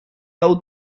old